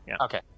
Okay